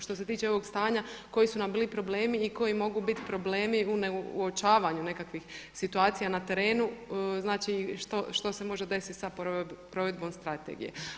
Što se tiče ovog stanja koji su nam bili problemi i koji mogu bit problemi u neuočavanju nekakvih situacija na terenu, znači što se može desit sa provedbom strategije.